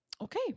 okay